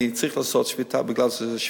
כי צריך לעשות שביתה בגלל שזו שביתה.